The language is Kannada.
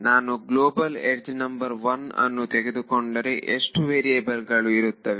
ನಾನು ಗ್ಲೋಬಲ್ ಯಡ್ಜ್ ನಂಬರ್ 1 ಅನ್ನು ತೆಗೆದುಕೊಂಡರೆ ಎಷ್ಟು ವೇರಿಯೇಬಲ್ ಗಳು ಇರುತ್ತವೆ